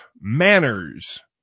manners